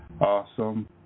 awesome